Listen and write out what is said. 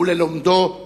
וללומדו לעולם.